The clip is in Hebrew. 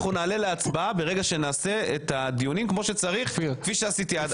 אנחנו נעלה להצבעה ברגע שנעשה את הדיונים כמו שצריך כפי שעשיתי עד היום.